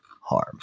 harm